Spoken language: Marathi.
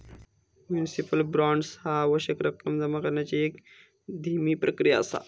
म्युनिसिपल बॉण्ड्स ह्या आवश्यक रक्कम जमा करण्याची एक धीमी प्रक्रिया असा